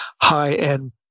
high-end